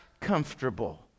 comfortable